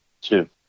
Two